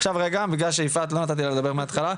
עכשיו רגע, מכיוון שיפעת לא נתתי לה לדבר מההתחלה,